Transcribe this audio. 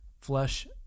flesh